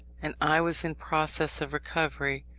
and i was in process of recovery,